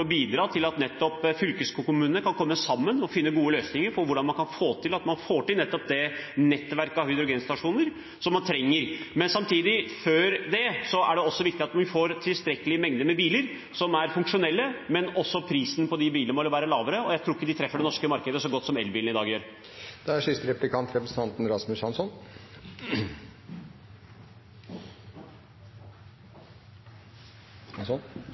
nettopp bidra til at fylkeskommunene kan komme sammen og finne gode løsninger for hvordan man kan få til det nettverket av hydrogenstasjoner som man trenger. Samtidig – før det – er det også viktig at vi får en tilstrekkelig mengde biler som er funksjonelle, og prisen på bilene må være lavere, og jeg tror ikke de treffer det norske markedet så godt som elbilene i dag gjør. Jeg vil gjerne gå videre på representantene Grøvan og Rajas litt surrealistiske passiar om klimaeffekten av Nasjonal transportplan. Venstre er